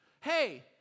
hey